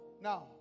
now